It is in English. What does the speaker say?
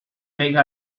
make